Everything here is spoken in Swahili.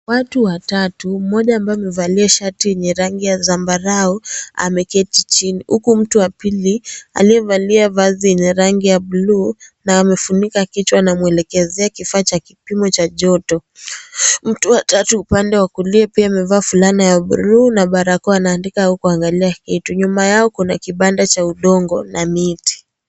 Watu watoto mmoja ambaye amevalia shati yenye rangi ya zambarau ameketi chini. Huku mtu wa pili aliyevalia vazi lenye rangi ya bluu na amefunika kichwa anamwelekezwa kipimo cha joto. Mtu wa tatu upande wa kulia pia amevaa fulana ya bluu na barakoa anaandika au kuangalia kitu. Nyuma yao kuna kibanda cha udongo na miti.